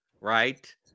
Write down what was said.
right